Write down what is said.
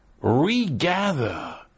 regather